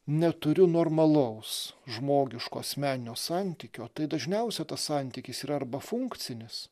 neturiu normalaus žmogiško asmeninio santykio tai dažniausia tas santykis yra arba funkcinis